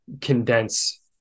condense